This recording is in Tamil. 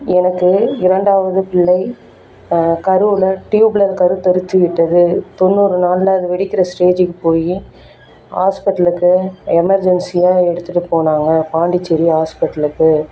எனக்கு இரண்டாவது பிள்ளை கருவில் டியூப்பில் கரு தரித்து விட்டது தொண்ணூறு நாளில் அது வெடிக்கிற ஸ்டேஜூக்கு போய் ஹாஸ்பெட்லுக்கு எமர்ஜென்சியாக எடுத்துகிட்டு போனாங்க பாண்டிச்சேரி ஹாஸ்பெட்லுக்கு